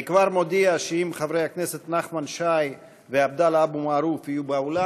אני כבר מודיע שאם חברי הכנסת נחמן שי ועבדאללה אבו מערוף יהיו באולם,